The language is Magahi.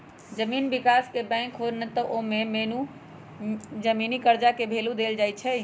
जमीन विकास बैंक जे होई छई न ओमे मेन जमीनी कर्जा के भैलु देल जाई छई